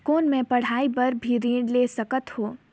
कौन मै पढ़ाई बर भी ऋण ले सकत हो?